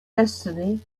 destiny